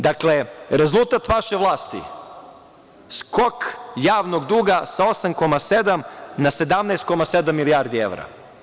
Dakle, rezultat vaše vlasti - skok javnog duga sa 8,7 na 17,7 milijardi evra.